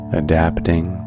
adapting